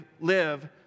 live